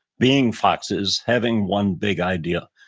being foxes, having one big idea.